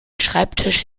schreibtisch